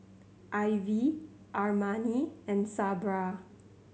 Ivy Armani and Sabra